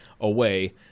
away